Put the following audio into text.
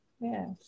yes